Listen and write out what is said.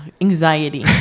anxiety